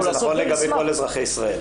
זה נכון לגבי כל אזרחי ישראל.